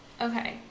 okay